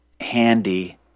handy